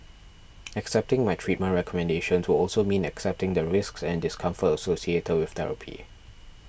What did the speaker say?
accepting my treatment recommendations would also mean accepting the risks and discomfort associated with therapy